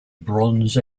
bronze